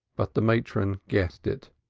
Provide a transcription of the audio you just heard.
but the matron guessed it.